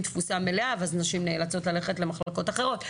תפוסה מלאה ואז נשים צריכות ללכת למחלקות אחרות.